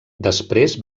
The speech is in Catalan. després